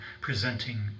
presenting